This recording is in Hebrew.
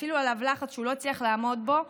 והפעילו עליו לחץ שהוא לא הצליח לעמוד בו,